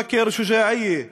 בקר שוג'אעייה,